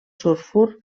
sulfur